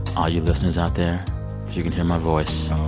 all you listeners out there, if you can hear my voice.